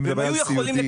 אני מדבר על סיעודי.